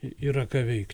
yra ką veikt